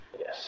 Yes